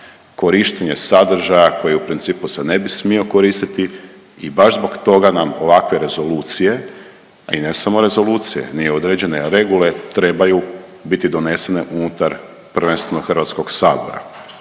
korištenje sadržaja koje u principu se ne bi smio koristiti i baš zbog toga nam ovakve rezolucije, a i ne samo rezolucije ni određene regule trebaju biti donesene unutar prvenstveno HS-a. Kada